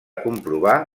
comprovar